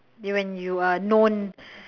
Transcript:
y~ when you are known